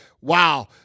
wow